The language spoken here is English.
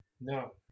No